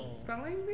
Spelling